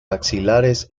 axilares